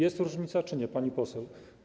Jest różnica czy nie, pani poseł?